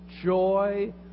Joy